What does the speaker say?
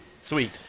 Sweet